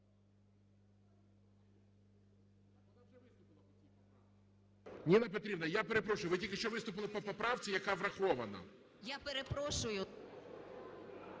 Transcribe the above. Ніна Петрівна, я перепрошую, ви тільки що виступили по поправці, яка врахована. 14:07:41